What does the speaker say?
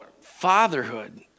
fatherhood